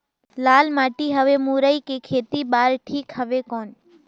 लाल माटी हवे मुरई के खेती बार ठीक हवे कौन?